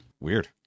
Weird